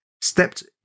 stepped